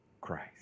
Christ